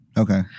Okay